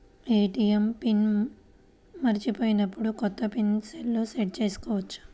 ATM pin మరచిపోయినప్పుడు, కొత్త pin సెల్లో సెట్ చేసుకోవచ్చా?